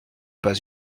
pas